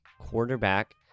quarterback